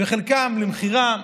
וחלקן למכירה,